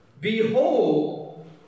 Behold